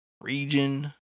region